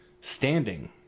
standing